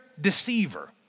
deceiver